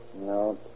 No